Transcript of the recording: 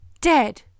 dead